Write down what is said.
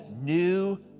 new